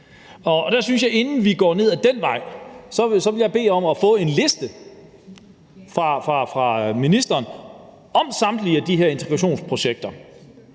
og staten. Men inden vi går ned ad den vej, vil jeg bede om at få en liste fra ministeren over samtlige af de her integrationsprojekter,